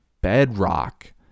bedrock